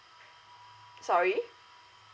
sorry